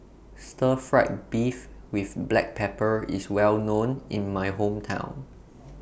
Stir Fried Beef with Black Pepper IS Well known in My Hometown